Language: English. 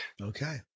Okay